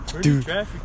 Dude